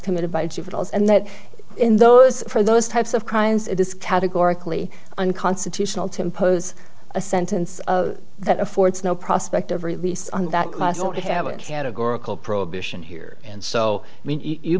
committed by juveniles and that in those for those types of crimes it is categorically unconstitutional to impose a sentence of that affords no prospect of release on that class don't have a categorical prohibition here and so when you